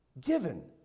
given